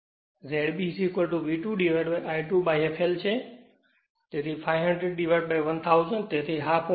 તેથી ZB V2I2 fl છે 5001000 તેથી હાફ Ω